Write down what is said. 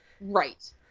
right